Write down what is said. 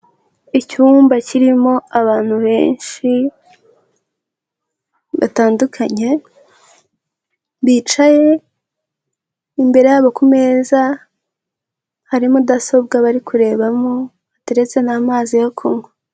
Icyumba kirimo abantu benshi batandukanye bicaye. Imbere yabo ku meza hari mudasobwa bari kurebamo, bateretse n'amazi yo kunywa.